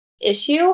issue